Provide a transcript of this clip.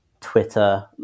twitter